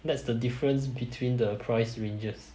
that's the difference between the price ranges